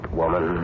woman